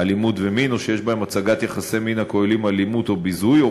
אלימות ומין או שיש בהם הצגת יחסי מין הכוללים אלימות או ביזוי.